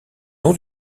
nom